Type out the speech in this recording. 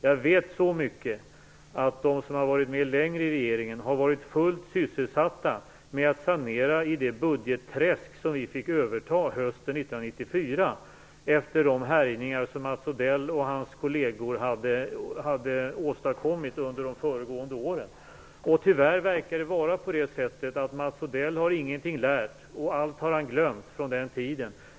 Jag vet så mycket som att de som har varit med längre i regeringen har varit fullt sysselsatta med att sanera i det budgetträsk som vi fick överta hösten 1994, efter Mats Odells och hans kollegers härjningar under de föregående åren. Tyvärr verkar det vara på det sättet att Mats Odell ingenting har lärt och allt har glömt från den tiden.